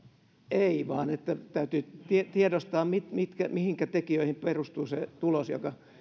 ei vaan täytyy tiedostaa mihinkä mihinkä tekijöihin perustuu se tulos joka